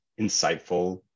insightful